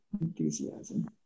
enthusiasm